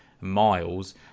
miles